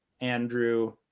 Andrew